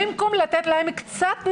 במקום לתת להם קצת נשימה,